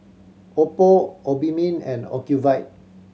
Oppo Obimin and Ocuvite